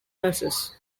nurses